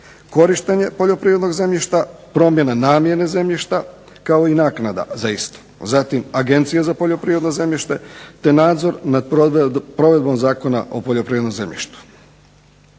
korištenje poljoprivrednog zemljišta, promjena namjene zemljišta kao i naknada za istu. Zatim, Agencije za poljoprivredne zemljište te nadzor nad provedbom Zakona o poljoprivrednom zemljištu.